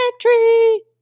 tree